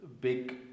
big